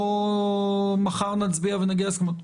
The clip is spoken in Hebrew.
בואו מחר נצביע ונגיע להסכמות.